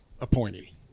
appointee